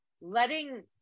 letting